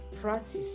practice